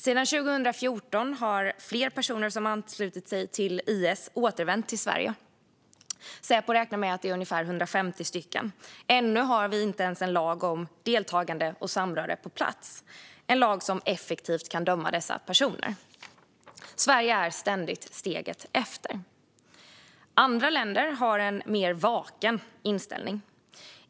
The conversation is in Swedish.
Sedan 2014 har flera personer som anslutit sig till IS återvänt till Sverige. Säpo räknar med att det är ungefär 150 stycken. Ännu har vi inte ens en lag om deltagande och samröre på plats, en lag som effektivt kan göra att dessa personer döms. Sverige är ständigt steget efter. Andra länder har en mer vaken inställning.